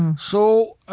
so,